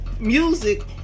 music